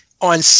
on